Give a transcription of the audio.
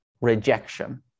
rejection